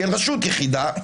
כאל רשות יחידה,